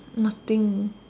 nothing